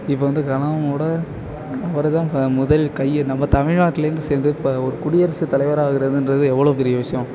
இப்போ வந்து கலாமோட அவர் தான் இப்போ முதல் கை நம்ம தமிழ்நாட்லேருந்து சென்று இப்போ ஒரு குடியரசு தலைவராகிறதுன்றது எவ்வளோ பெரிய விஷயம்